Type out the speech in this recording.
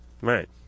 right